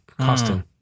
costume